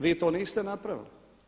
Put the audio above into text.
Vi to niste napravili.